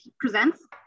presents